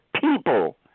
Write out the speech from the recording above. people